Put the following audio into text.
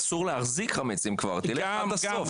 אסור להחזיק חמץ, אם כבר, תלך עד הסוף.